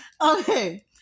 okay